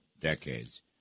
decades